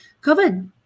COVID